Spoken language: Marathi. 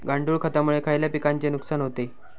गांडूळ खतामुळे खयल्या पिकांचे नुकसान होते?